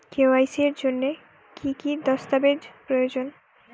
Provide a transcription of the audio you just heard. KYC এর জন্যে কি কি দস্তাবেজ প্রয়োজন?